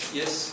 yes